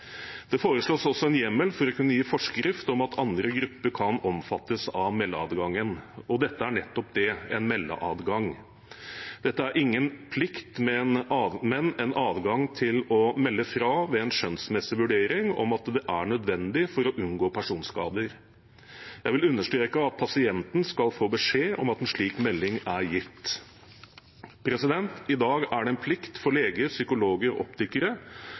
Det foreslås også en hjemmel for å kunne gi forskrift om at andre grupper kan omfattes av meldeadgangen. Dette er nettopp det – en meldeadgang. Dette er ingen plikt, men en adgang til å melde fra ved en skjønnsmessig vurdering av at det er nødvendig for å unngå personskader. Jeg vil understreke at pasienten skal få beskjed om at en slik melding er gitt. I dag er det en plikt for leger, psykologer og